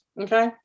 Okay